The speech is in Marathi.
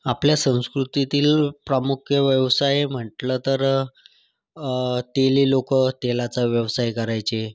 आपल्या संस्कृतीतील प्रामुख्य व्यवसाय म्हटलं तर तेली लोक तेलाचा व्यवसाय करायचे